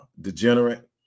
degenerate